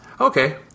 Okay